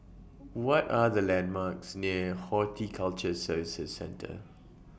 What Are The landmarks near Horticulture Services Centre